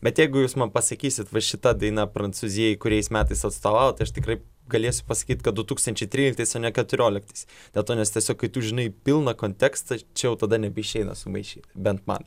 bet jeigu jūs man pasakysit va šita daina prancūzijai kuriais metais atstovavo tai aš tikrai galėsiu pasakyt kad du tūkstančiai tryliktais o ne keturioliktais dėl to nes tiesiog kai tu žinai pilną kontekstą čia jau tada nebeišeina sumaišyt bent man